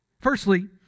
Firstly